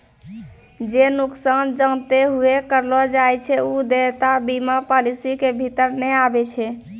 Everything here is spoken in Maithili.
जे नुकसान जानते हुये करलो जाय छै उ देयता बीमा पालिसी के भीतर नै आबै छै